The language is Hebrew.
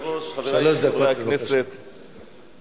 ההצעה להעביר את הצעת חוק הביטוח הלאומי (תיקון מס' 131)